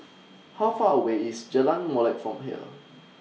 How Far away IS Jalan Molek from here